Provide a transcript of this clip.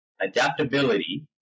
Adaptability